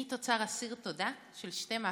אני תוצר אסיר תודה של שתי מהפכות,